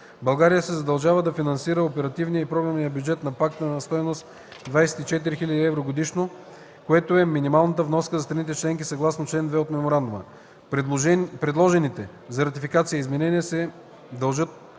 България се задължава да финансира оперативния и програмния бюджет на Пакта на стойност 24 000 евро годишно, което е минималната вноска за страните членки съгласно чл. 2 от Меморандума. Предложените за ратификация изменения се дължат